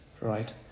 right